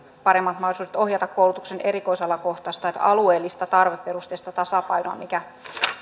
paremmat mahdollisuudet ohjata koulutuksen erikoisalakohtaista ja alueellista tarveperusteista tasapainoa mikä